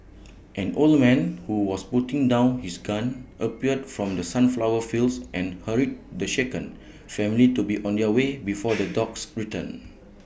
an old man who was putting down his gun appeared from the sunflower fields and hurried the shaken family to be on their way before the dogs return